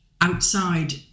outside